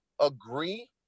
agree